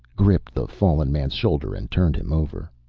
gripped the fallen man's shoulder and turned him over.